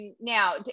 now